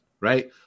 right